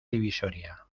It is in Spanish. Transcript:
divisoria